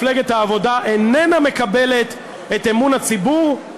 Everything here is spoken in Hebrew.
מפלגת העבודה איננה מקבלת את אמון הציבור,